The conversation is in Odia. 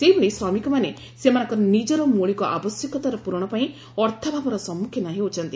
ସେହିଭଳି ଶ୍ରମିକମାନେ ସେମାନଙ୍କର ନିଜର ମୌଳିକ ଆବଶ୍ୟକତାର ପୂରଣ ପାଇଁ ଅର୍ଥାଭାବର ସମ୍ମୁଖୀନ ହେଉଛନ୍ତି